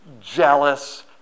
jealous